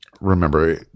Remember